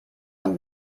und